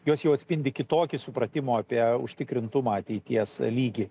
jos jau atspindi kitokį supratimo apie užtikrintumą ateities lygį